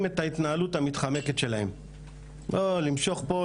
את ההתנהגות המתחמקת שלהם למשוך פה,